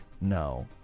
No